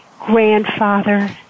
grandfather